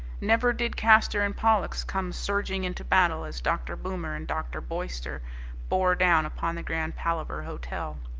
never did castor and pollux come surging into battle as dr. boomer and dr. boyster bore down upon the grand palaver hotel.